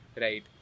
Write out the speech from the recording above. right